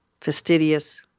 Fastidious